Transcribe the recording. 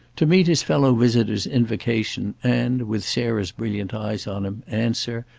to meet his fellow visitor's invocation and, with sarah's brilliant eyes on him, answer,